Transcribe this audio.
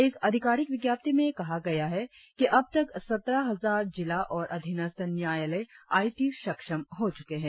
एक अधिकारिक विज्ञाप्ति में कहा गया है कि अबतक सत्रह हजार जिला और अधीनस्थ न्यायालय आई टी सक्षम हो चुके है